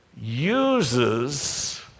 uses